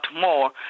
more